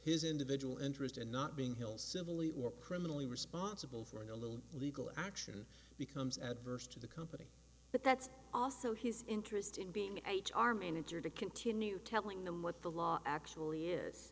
his individual interest in not being hill civil legal or criminally responsible for the little legal action becomes adverse to the company but that's also his interest in being h r manager to continue telling them what the law actually is